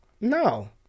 No